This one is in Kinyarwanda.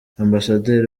ambasaderi